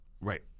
right